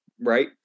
right